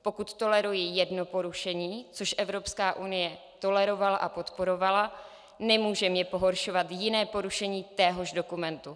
Pokud toleruji jedno porušení, což Evropská unie tolerovala a podporovala, nemůže mě pohoršovat jiné porušení téhož dokumentu.